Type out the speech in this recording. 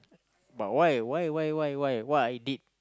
but why why why why why what I did